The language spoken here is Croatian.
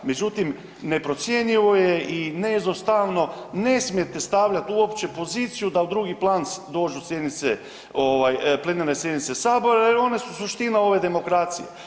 Međutim, neprocjenjivo je i neizostavno, ne smijete stavljati uopće poziciju da u drugi plan dođu sjednice, plenarne sjednice Sabora jer one su suština ove demokracije.